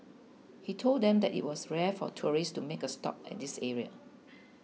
he told them that it was rare for tourists to make a stop at this area